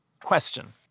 question